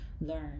learn